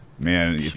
Man